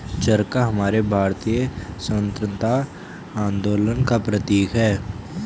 चरखा हमारे भारतीय स्वतंत्रता आंदोलन का प्रतीक है